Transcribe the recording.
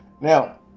Now